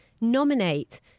nominate